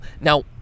now